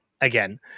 again